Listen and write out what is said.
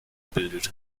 bildet